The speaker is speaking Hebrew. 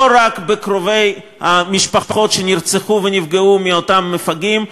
לא רק בקרובי המשפחות שנרצחו ונפגעו מאותם מפגעים,